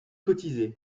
cotisé